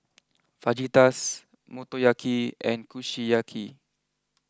Fajitas Motoyaki and Kushiyaki